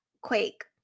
quake